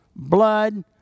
Blood